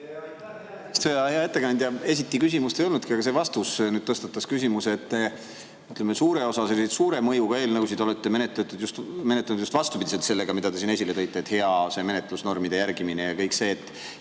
Hea ettekandja! Esiti küsimust ei olnudki, aga see vastus tõstatas küsimuse. Suure osa selliseid suure mõjuga eelnõusid olete menetlenud just vastupidiselt sellele, mida te siin esile tõite, et hea menetlusnormide järgimine ja kõik see. Ja